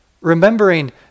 Remembering